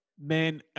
Man